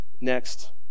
next